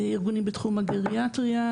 ארגונים בתחום הגריאטריה,